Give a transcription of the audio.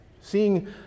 Seeing